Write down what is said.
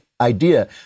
idea